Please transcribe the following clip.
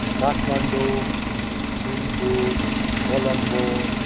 Kathmandu Thimphu Colombo